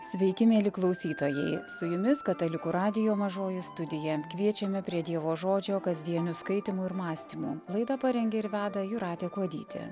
sveiki mieli klausytojai su jumis katalikų radijo mažoji studija kviečiame prie dievo žodžio kasdienių skaitymų ir mąstymų laidą parengė ir veda jūratė kuodytė